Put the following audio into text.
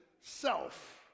self